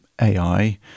AI